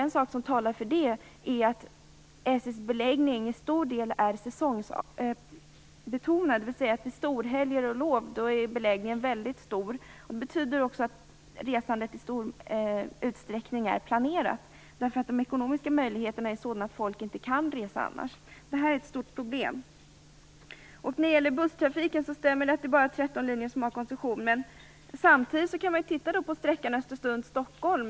En sak som talar för detta är att SJ:s beläggning till stor del är säsongsbetonad, dvs. att beläggningen är mycket stor vid storhelger och lov. Det betyder också att resandet i stor utsträckning är planerat. De ekonomiska möjligheterna är sådana att folk inte kan resa annars. Detta är ett stort problem. Det stämmer att bara 13 busslinjer har koncession. Men titta på sträckan Östersund-Stockholm.